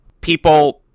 People